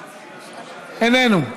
איננו.